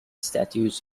statues